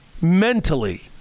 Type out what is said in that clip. mentally